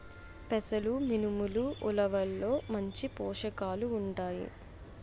పెసలు మినుములు ఉలవల్లో మంచి పోషకాలు ఉంటాయి